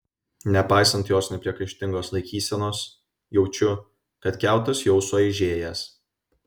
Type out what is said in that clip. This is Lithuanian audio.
nepaisant jos nepriekaištingos laikysenos jaučiu kad kiautas jau suaižėjęs